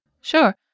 Sure